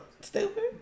Stupid